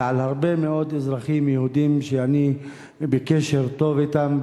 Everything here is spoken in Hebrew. אלא על הרבה מאוד אזרחים יהודים שאני בקשר טוב אתם,